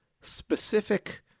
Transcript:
specific